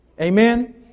Amen